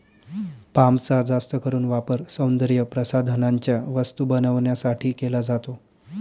पामचा जास्त करून वापर सौंदर्यप्रसाधनांच्या वस्तू बनवण्यासाठी केला जातो